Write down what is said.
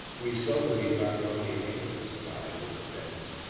we seldom eat maccaroni in england, said i, in defence,